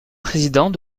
président